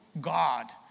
God